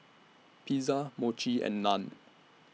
Pizza Mochi and Naan